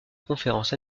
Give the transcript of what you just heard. conférences